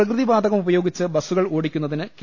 പ്രകൃതി വാതകം ഉപയോഗിച്ച് ബസ്സുകൾ ഓടിക്കുന്നതിന് കെ